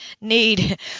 need